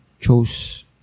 chose